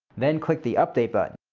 then click the update button.